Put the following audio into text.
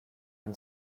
and